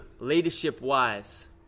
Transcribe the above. leadership-wise